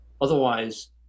Otherwise